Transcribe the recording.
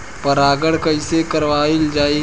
परागण कइसे करावल जाई?